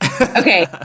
Okay